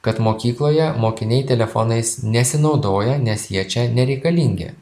kad mokykloje mokiniai telefonais nesinaudoja nes jie čia nereikalingi